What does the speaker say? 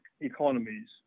economies